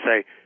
say